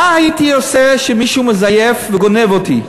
מה הייתי עושה כשמישהו מזייף וגונב אותי?